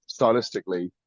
stylistically